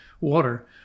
water